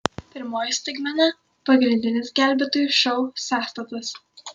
pirmoji staigmena pagrindinis gelbėtojų šou sąstatas